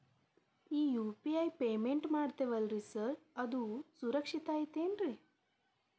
ಈ UPI payment ಮಾಡ್ತೇವಿ ಅಲ್ರಿ ಸಾರ್ ಅದು ಸುರಕ್ಷಿತ್ ಐತ್ ಏನ್ರಿ?